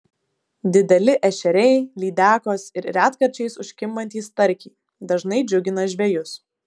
dideli ešeriai lydekos ir retkarčiais užkimbantys starkiai dažnai džiugina žvejus